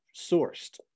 sourced